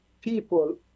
people